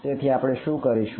તેથી આપણે શું કરશું